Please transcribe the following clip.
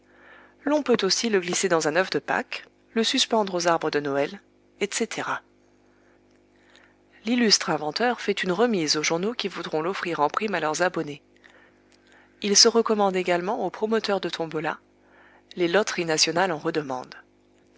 l'on peut aussi le glisser dans un œuf de pâques le suspendre aux arbres de noël etc l'illustre inventeur fait une remise aux journaux qui voudront l'offrir en prime à leurs abonnés il se recommande également aux promoteurs de tombolas les loteries nationales en redemandent